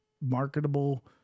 marketable